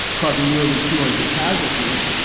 causing nearly two hundred casualties.